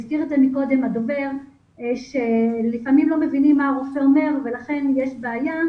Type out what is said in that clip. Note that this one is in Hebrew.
הזכיר קודם דובר מסוים שלפעמים לא מבינים מה הרופא אומר ולכן יש בעיה.